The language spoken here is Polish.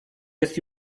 jest